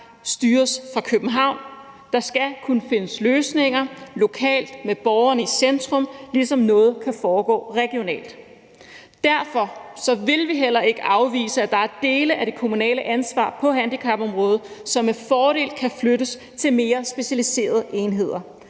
styres fra København. Der skal kunne findes løsninger lokalt med borgerne i centrum, ligesom noget kan foregå regionalt. Derfor vil vi heller ikke afvise, at der er dele af det kommunale ansvar på handicapområdet, som med fordel kan flyttes til mere specialiserede enheder.